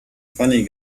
funny